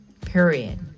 period